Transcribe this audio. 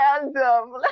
random